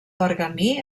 pergamí